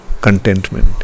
contentment